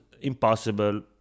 impossible